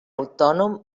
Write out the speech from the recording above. autònom